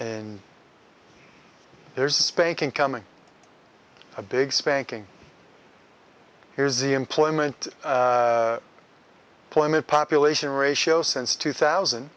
and there's a spanking coming a big spanking here's the employment plummet population ratio since two thousand